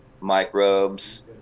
microbes